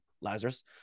Lazarus